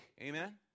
amen